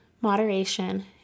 moderation